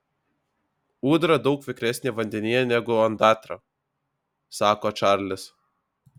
ūdra daug vikresnė vandenyje negu ondatra sako čarlis